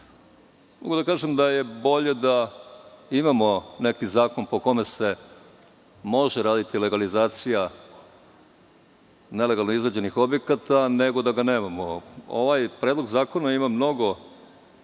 da kažem da je bolje da imamo neki zakon po kome se može raditi legalizacija nelegalno izgrađenih objekata, nego da ga nemamo. Ovaj predlog zakona ima mnogo